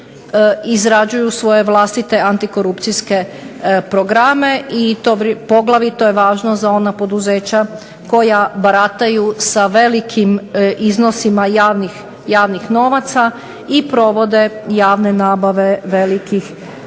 izrađuju svoje vlastite antikorupcijske programe. I to poglavito je važno za ona poduzeća koja barataju sa velikim iznosima javnih novaca i provode javne nabave velikih